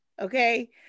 okay